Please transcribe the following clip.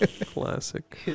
Classic